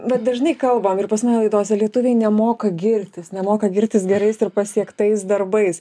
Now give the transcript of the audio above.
bet dažnai kalbam ir pas mane laidose lietuviai nemoka girtis nemoka girtis gerais ir pasiektais darbais